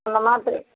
இந்த மாத்திரை